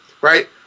right